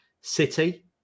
City